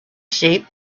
sheep